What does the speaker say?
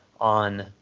on